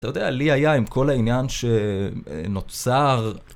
אתה יודע, לי היה עם כל העניין שנוצר.